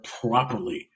properly